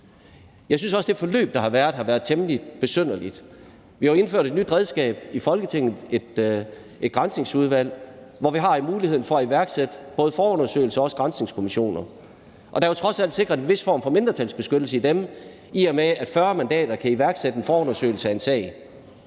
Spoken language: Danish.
Jeg synes også, at det forløb, der har været, har været temmelig besynderligt. Vi har jo indført et nyt redskab i Folketinget – Granskningsudvalget – hvor vi har en mulighed for at iværksætte både forundersøgelse og granskningskommissioner, og der er jo trods alt sikret en vis form for mindretalsbeskyttelse i dem, i og med at 40 mandater kan iværksætte en forundersøgelse af en sag.